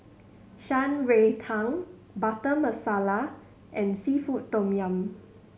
Shan Rui Tang Butter Masala and seafood tom yum